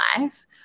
life